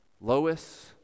Lois